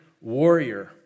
warrior